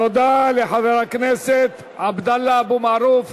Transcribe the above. תודה לחבר הכנסת עבדאללה אבו מערוף.